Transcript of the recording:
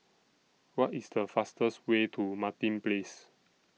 What IS The fastest Way to Martin Place